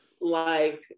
like-